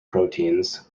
proteins